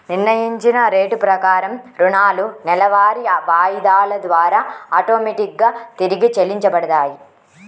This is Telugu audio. నిర్ణయించిన రేటు ప్రకారం రుణాలు నెలవారీ వాయిదాల ద్వారా ఆటోమేటిక్ గా తిరిగి చెల్లించబడతాయి